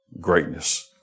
greatness